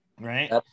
Right